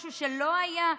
משהו שלא היה,